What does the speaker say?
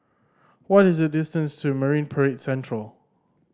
what is the distance to Marine Parade Central